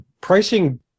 Pricing